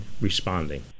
responding